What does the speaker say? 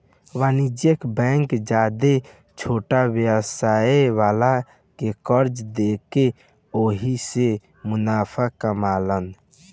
वाणिज्यिक बैंक ज्यादे छोट व्यवसाय वाला के कर्जा देके ओहिसे मुनाफा कामाला